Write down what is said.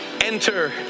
Enter